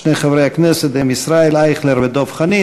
שני חברי הכנסת הם ישראל אייכלר ודב חנין.